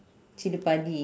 chili padi